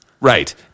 Right